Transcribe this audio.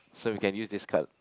so we can use this card